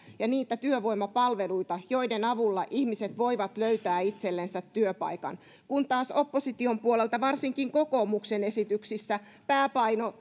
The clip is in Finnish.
ja niitä työvoimapalveluita joiden avulla ihmiset voivat löytää itsellensä työpaikan kun taas opposition puolelta varsinkin kokoomuksen esityksissä pääpaino